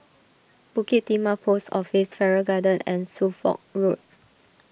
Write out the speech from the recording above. Bukit Timah Post Office Farrer Garden and Suffolk Road